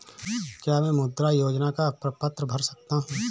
क्या मैं मुद्रा योजना का प्रपत्र भर सकता हूँ?